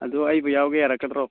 ꯑꯗꯨ ꯑꯩꯕꯨ ꯌꯥꯎꯒꯦ ꯌꯥꯔꯛꯀꯗ꯭ꯔꯣ